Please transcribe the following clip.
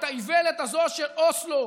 את האיוולת הזו של אוסלו,